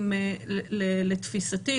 לתפיסתי,